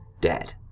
dead